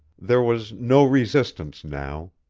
there was no resistance now,